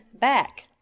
back